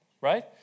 Right